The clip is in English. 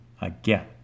again